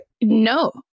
No